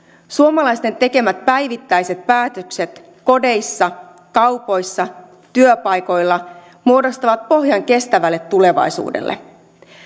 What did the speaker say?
suomalaisten tekemät päivittäiset päätökset kodeissa kaupoissa työpaikoilla muodostavat pohjan kestävälle tulevaisuudelle